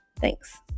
Thanks